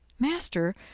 master